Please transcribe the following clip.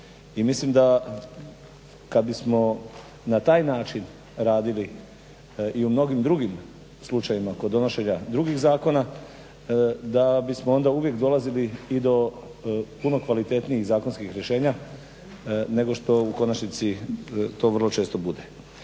i mislim da kad bimo smo na taj način radili i u mnogim drugim slučajevima kod donošenja drugih zakona, da bismo onda uvijek dolazili do puno kvalitetnijih zakonskih rješenja nego što u konačnici to vrlo često bude.